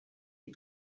die